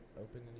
open